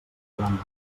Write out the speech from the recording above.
davant